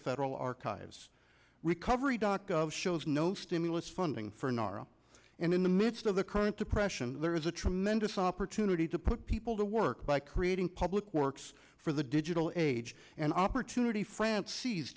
federal archives recovery dot gov shows no stimulus funding for nara and in the midst of the current depression there is a tremendous opportunity to put people to work by creating public works for the digital age and opportunity france sees